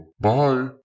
bye